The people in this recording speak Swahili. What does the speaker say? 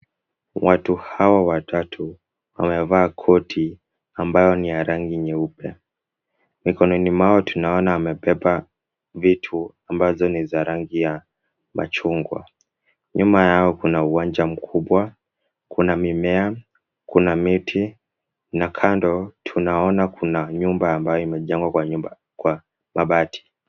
Watu hawa watatu wamevaa koti ambayo ni ya rangi nyeupe. Mikononi mwao tunaona amebeba vitu ambazo ni za rangi ya machungwa. Nyuma yao kuna uwanja mkubwa, kuna mimea, kuna miti na kando tunaona kuna nyumba ambayo imejengwa kwa mabati.